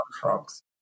frogs